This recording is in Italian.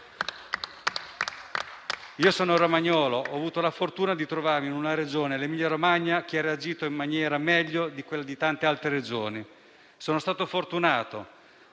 Io sono romagnolo, ho avuto la fortuna di trovarmi in una Regione, l'Emilia-Romagna, appunto, che ha reagito meglio di tante altre Regioni. Sono stato fortunato,